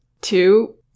Two